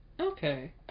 Okay